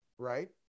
Right